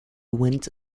went